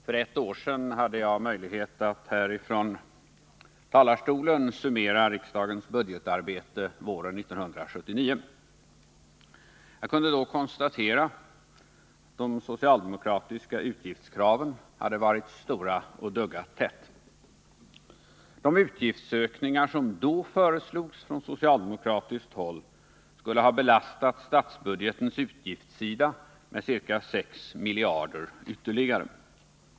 Herr talman! För ett år sedan hade jag möjlighet att här från talarstolen summera riksdagens budgetarbete våren 1979. Jag kunde då konstatera att de socialdemokratiska utgiftskraven hade varit stora och duggat tätt. De utgiftsökningar som då föreslogs från socialdemokratiskt håll skulle ha belastat statsbudgetens utgiftssida med ytterligare ca 6 miljarder.